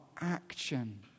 action